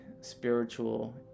spiritual